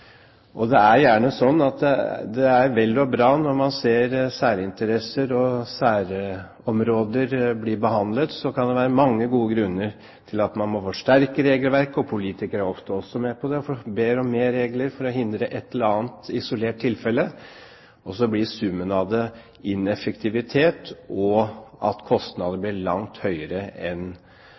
Det er gjerne sånn at det er vel og bra at når man ser særinteresser og særområder bli behandlet, så kan det være mange gode grunner til at man må forsterke regelverket, og politikere er ofte også med på å be om mer regler for å hindre et eller annet isolert tilfelle. Så blir summen av det ineffektivitet, og kostnadene blir langt høyere enn